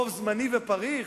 רוב זמני ופריך,